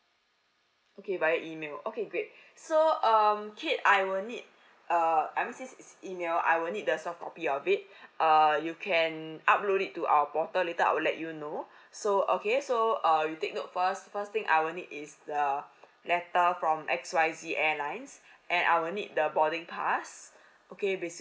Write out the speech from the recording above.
okay via email okay great so um kate I will need err I since it is email I will need the soft copy of it err you can upload it to our portal later I'll let you know so okay so uh you take note first first thing I will need is the letter from X Y Z airlines and I will need the boarding pass okay basically